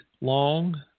long